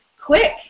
quick